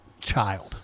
child